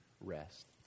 rest